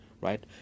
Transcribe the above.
right